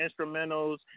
instrumentals